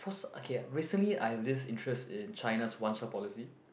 first okay recently I have this interest in China's one child policy